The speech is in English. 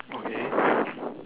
okay